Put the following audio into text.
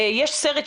יש סרט,